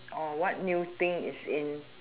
or what new thing is in